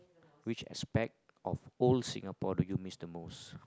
which aspect of old Singapore do you miss the most